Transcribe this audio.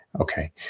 Okay